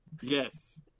Yes